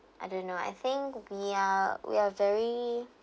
I don't know I think we are we are very